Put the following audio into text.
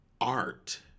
art